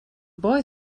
boy